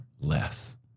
less